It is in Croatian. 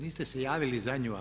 Niste se javili za nju.